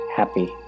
happy